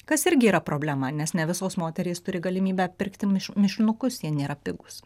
kas irgi yra problema nes ne visos moterys turi galimybę pirkti miš mišinukus jie nėra pigūs